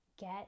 get